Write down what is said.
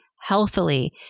healthily